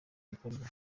gikorwa